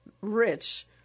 rich